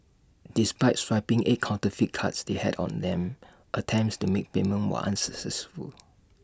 despite swiping eight counterfeit cards they had on them attempts to make payment were unsuccessful